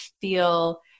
feel